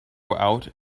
out